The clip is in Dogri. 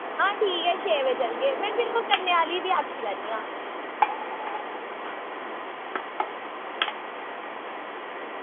ते चलो ठीक ऐ छे बजे चलने आं ओह् कन्नै आह्ले गी बी आक्खी लैन्नी आं